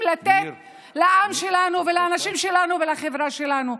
לתת לעם שלנו ולאנשים שלנו ולחברה שלנו,